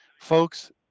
Folks